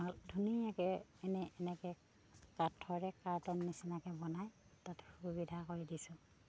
ধুনীয়াকৈ এনে এনেকৈ কাঠৰে কাৰ্টন নিচিনাকৈ বনাই তাত সুবিধা কৰি দিছোঁ